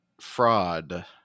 Fraud